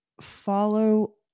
follow